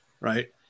right